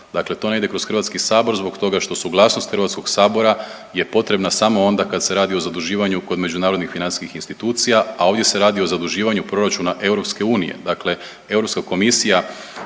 Dakle, to ne ide kroz Hrvatski sabor zbog toga što suglasnost Hrvatskog sabora je potrebna samo onda kad se radi o zaduživanju kod međunarodnih financijskih institucija, a ovdje se radi o zaduživanju proračuna EU. Dakle, Europska komisija